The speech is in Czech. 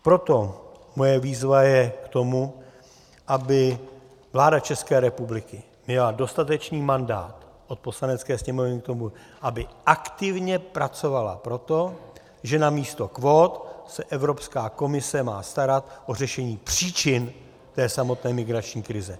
Proto moje výzva je k tomu, aby vláda České republiky měla dostatečný mandát od Poslanecké sněmovny k tomu, aby aktivně pracovala pro to, že namísto kvót se Evropská komise má starat o řešení příčin samotné migrační krize.